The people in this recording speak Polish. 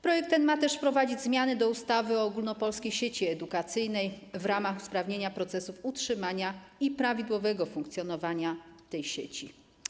Projekt ten ma też wprowadzić zmiany do ustawy o ogólnopolskiej sieci edukacyjnej w ramach usprawnienia procesów utrzymania i prawidłowego funkcjonowania tej sieci.